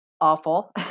awful